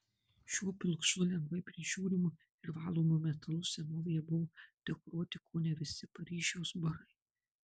šiuo pilkšvu lengvai prižiūrimu ir valomu metalu senovėje buvo dekoruoti kone visi paryžiaus barai